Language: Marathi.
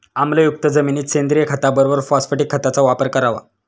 आम्लयुक्त जमिनीत सेंद्रिय खताबरोबर फॉस्फॅटिक खताचा वापर करावा